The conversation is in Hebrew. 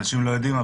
אנשים לא יודעים,